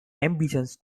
ambitions